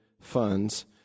funds